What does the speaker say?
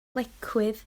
lecwydd